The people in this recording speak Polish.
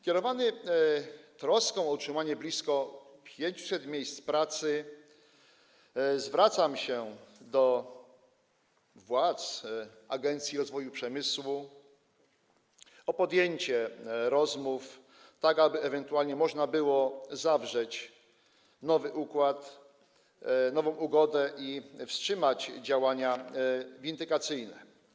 Kierowany troską o utrzymanie blisko 500 miejsc pracy, zwracam się do władz Agencji Rozwoju Przemysłu o podjęcie rozmów, tak aby ewentualnie można było zawrzeć nowy układ, nową ugodę i wstrzymać działania windykacyjne.